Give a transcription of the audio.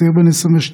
צעיר בן 22,